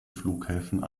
flughäfen